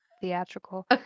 theatrical